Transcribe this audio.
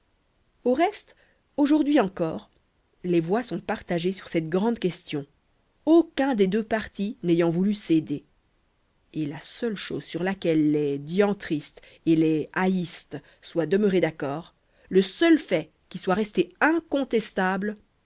au reste aujourd'hui encore les voix sont partagées sur cette grande question aucun des deux partis n'ayant voulu céder et la seule chose sur laquelle les diantristes et les aïstes soient demeurés d'accord le seul fait qui soit resté incontestable